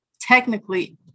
technically